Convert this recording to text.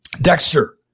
Dexter